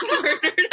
murdered